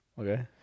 Okay